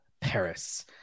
Paris